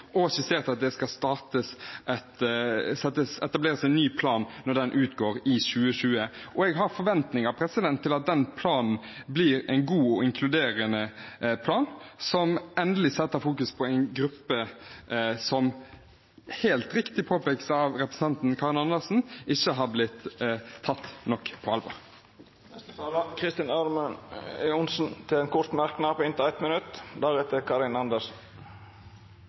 og skissert at det skal etableres en ny plan når den utgår i 2020. Jeg har forventninger til at det blir en god og inkluderende plan, som endelig fokuserer på en gruppe som – som det helt riktig påpekes av representanten Karin Andersen – ikke har blitt tatt nok på alvor. Representanten Kristin Ørmen Johnsen har hatt ordet to gonger tidlegare og får ordet til ein kort merknad, avgrensa til 1 minutt.